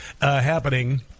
happening